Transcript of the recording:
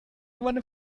one